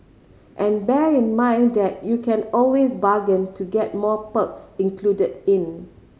and bear in mind that you can always bargain to get more perks included in